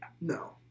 no